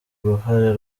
uruhare